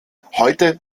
heute